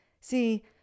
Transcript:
See